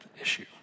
issue